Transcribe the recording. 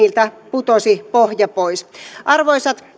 putosi pohja pois arvoisat